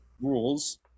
rules